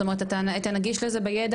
זאת אומרת אתה נגיש לזה בידע,